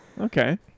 Okay